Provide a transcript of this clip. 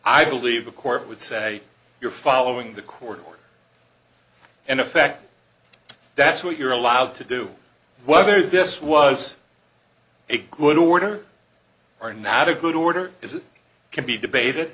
i believe a court would say you're following the court in effect that's what you're allowed to do whether this was a good order or not a good order is it can be debated